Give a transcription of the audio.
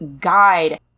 guide